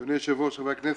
אדוני היושב-ראש, חברי הכנסת,